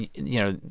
you know,